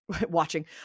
watching